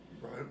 Right